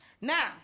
Now